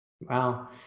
Wow